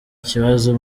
kibazo